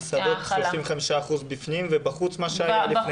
במסעדות זה 35% בפנים ובחוץ מה שהיה לפני כן?